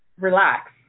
relax